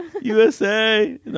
USA